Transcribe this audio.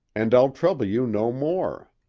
and i'll trouble you no more.